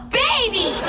baby